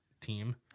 team